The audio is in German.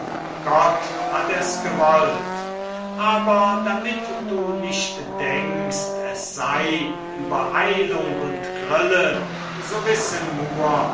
gott hat es gewollt aber damit du nicht denkst es sei übereilung und grille so wisse nur